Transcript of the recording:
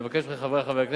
אני מבקש מחברי חברי הכנסת,